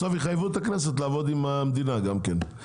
בסוף יחייבו את הכנסת לעבוד עם המדינה גם כן.